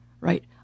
right